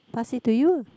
pass it to you